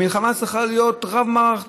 המלחמה צריכה להיות רב-מערכתית.